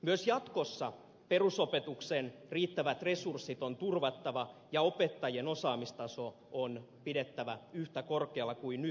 myös jatkossa perusopetuksen riittävät resurssit on turvattava ja opettajien osaamistaso on pidettävä yhtä korkealla kuin nyt